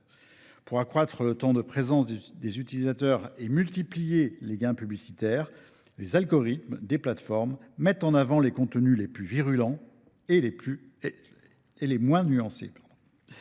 Pour accroître le temps de présence des utilisateurs et multiplier les gains publicitaires, les algorithmes des plateformes mettent en avant les contenus les plus virulents et les moins nuancés.